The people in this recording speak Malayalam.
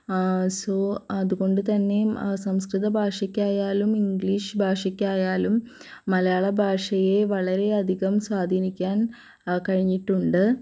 സോ അതുകൊണ്ട് തന്നെയും സംസ്കൃത ഭാഷയ്ക്കായാലും ഇംഗ്ലീഷ് ഭാഷയ്ക്കായാലും മലയാള ഭാഷയെ വളരെയധികം സ്വാധീനിക്കാൻ കഴിഞ്ഞിട്ടുണ്ട്